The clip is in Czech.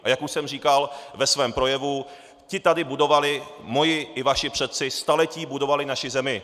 A jak už jsem říkal ve svém projevu, ti tady budovali, moji i vaši předci staletí budovali naši zemi.